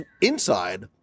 inside